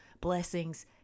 blessings